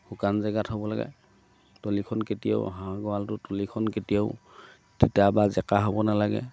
শুকান জেগাত হ'ব লাগে তলিখন কেতিয়াও হাঁহ গঁৰালটোৰ তলিখন কেতিয়াও তিতা বা জেকা হ'ব নালাগে